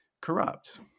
corrupt